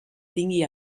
tingui